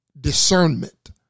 Discernment